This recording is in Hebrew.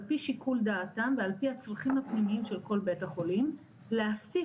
פי שיקול דעתם ועל פי הצרכים הפנימיים של כל בית החולים להסית